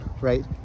right